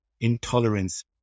intolerance